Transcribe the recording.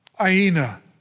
Aina